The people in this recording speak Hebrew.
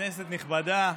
כנסת נכבדה,